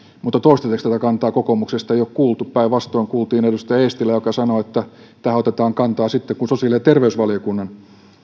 mutta toistaiseksi tätä kantaa kokoomuksesta ei ole kuultu päinvastoin kuultiin edustaja eestilää joka sanoi että tähän otetaan kantaa sitten kun sosiaali ja terveysvaliokunnan